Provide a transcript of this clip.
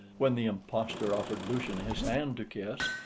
when the impostor offered lucian his hand to kiss,